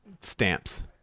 stamps